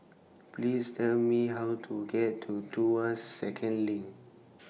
Please Tell Me How to get to Tuas Second LINK